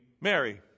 Mary